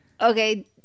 Okay